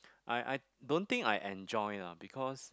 I I don't think I enjoy lah because